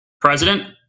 president